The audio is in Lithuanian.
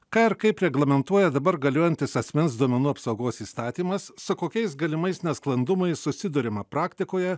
ką ir kaip reglamentuoja dabar galiojantis asmens duomenų apsaugos įstatymas su kokiais galimais nesklandumais susiduriama praktikoje